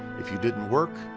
if you didn't work,